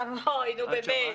נו, באמת.